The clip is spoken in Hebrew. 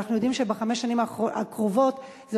ואנחנו יודעים שבחמש שנים הקרובות זה